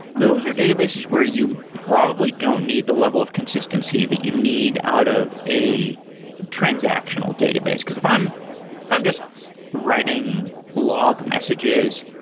those are databases where you probably don't need the level of consistency that you need out of a transactional database. because of i'm of i'm just writing log messages,